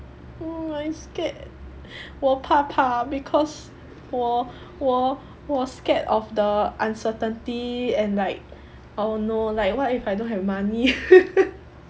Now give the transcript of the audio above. mm I scared 我怕怕 because 我我我 scared of the uncertainty and like oh no like what if I don't have money